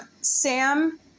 Sam